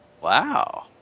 wow